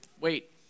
wait